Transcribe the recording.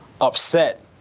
upset